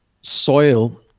soil